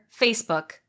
Facebook